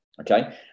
okay